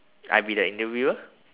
I be the interviewer